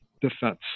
defense